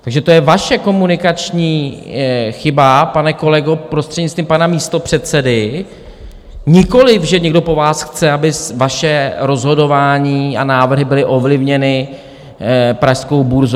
Takže to je vaše komunikační chyba, pane kolego, prostřednictvím pana místopředsedy, nikoli že někdo po vás chce, aby vaše rozhodování a návrhy byly ovlivněny pražskou burzou.